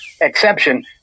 exception